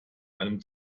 einem